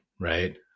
right